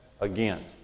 again